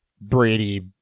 Brady